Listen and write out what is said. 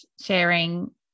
sharing